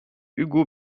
ugo